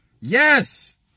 Yes